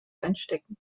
einstecken